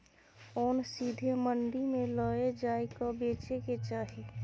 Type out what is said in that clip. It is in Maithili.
ओन सीधे मंडी मे लए जाए कय बेचे के चाही